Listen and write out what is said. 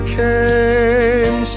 came